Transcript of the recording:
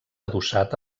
adossat